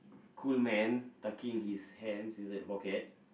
cool man tucking his hands inside the pocket